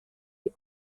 die